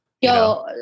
Yo